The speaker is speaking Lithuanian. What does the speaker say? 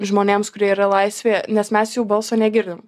žmonėms kurie yra laisvėje nes mes jų balso negirdim